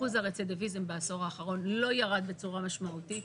אחוז הרצידיביזם בעשור האחרון לא ירד בצורה משמעותית.